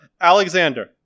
Alexander